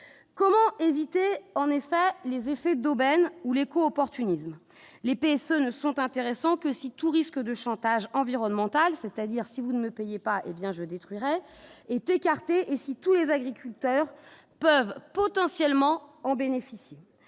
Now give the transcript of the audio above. comment éviter, en effet, les effets d'aubaine ou les opportunisme l'épée, ce ne sont intéressants que si tout risque de chantage environnementale, c'est-à-dire si vous ne me payaient pas, hé bien je détruirait est écartée et si tous les agriculteurs peuvent potentiellement en bénéficient,